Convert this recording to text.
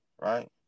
right